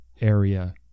area